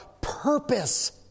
purpose